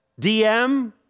DM